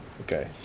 okay